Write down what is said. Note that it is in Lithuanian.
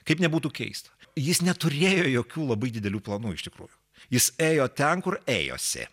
kaip nebūtų keista jis neturėjo jokių labai didelių planų iš tikrųjų jis ėjo ten kur ėjosi